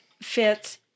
fits